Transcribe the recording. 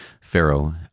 Pharaoh